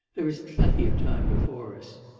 there is plenty of time before us.